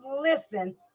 listen